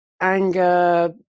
anger